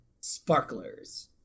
Sparklers